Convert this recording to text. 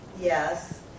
yes